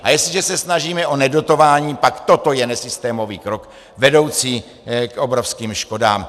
A jestliže se snažíme o nedotování, pak toto je nesystémový krok vedoucí k obrovským škodám.